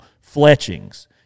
fletchings